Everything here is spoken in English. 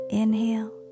inhale